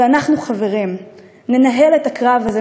ואנחנו, חברים, ננהל את הקרב הזה.